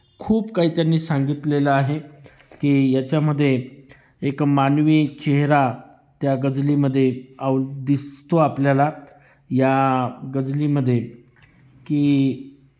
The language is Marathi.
खूप काही त्यांनी सांगितलेलं आहे की याच्यामध्ये एक मानवी चेहरा त्या गजलेमध्ये अव दिसतो आपल्याला या गजलेमध्ये की